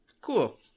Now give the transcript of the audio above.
Cool